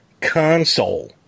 console